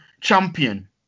champion